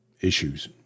issues